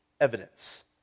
evidence